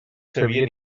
sabia